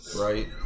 Right